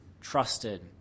trusted